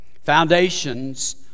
Foundations